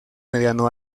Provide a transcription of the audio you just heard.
mediano